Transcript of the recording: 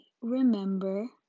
remember